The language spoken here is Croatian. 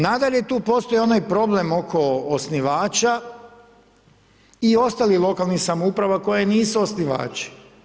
Nadalje, tu postoji onaj problem oko osnivača, i ostalih lokalnih samouprava koje nisu osnivači.